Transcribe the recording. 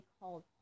called